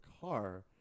car